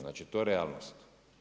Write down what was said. Znači to je realnost.